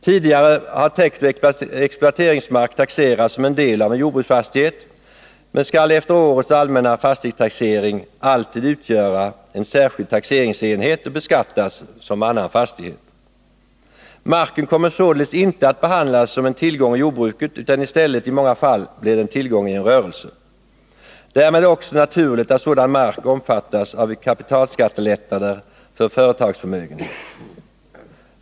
Tidigare har täktoch exploateringsmark taxerats som en del av en jordbruksfastighet, men efter årets allmänna fastighetstaxering skall den alltid utgöra en särskild taxeringsenhet och beskattas som annan fastighet. Marken kommer således inte att behandlas som en tillgång i jordbruket utan blir i stället i många fall en tillgång i en rörelse. Därmed är det också naturligt att sådan mark omfattas av kapitalskattelättnaderna för företagsförmögenhet.